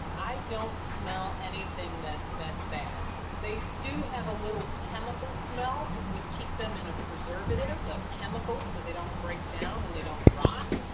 i don't smell anything that's that's bad. they do have a little chemical smell cause we keep them in a preservative like but chemicals so they don't break down and they don't rot.